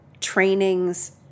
trainings